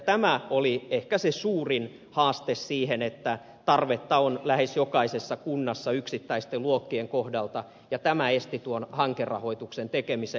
tämä oli ehkä se suurin haaste siihen että tarvetta on lähes jokaisessa kunnassa yksittäisten luokkien kohdalla ja tämä esti tuon hankerahoituksen tekemisen